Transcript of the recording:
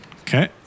Okay